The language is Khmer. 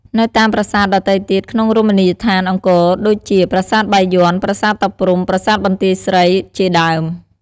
នៅតាមប្រាសាទដទៃទៀតក្នុងរមណីយដ្ឋានអង្គរដូចជា ប្រាសាទបាយ័ន ប្រាសាទតាព្រហ្ម ប្រាសាទបន្ទាយស្រី ជាដើម។